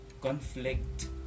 conflict